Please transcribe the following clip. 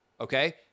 okay